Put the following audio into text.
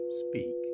speak